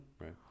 right